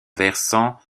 versant